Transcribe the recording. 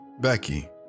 Becky